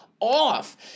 off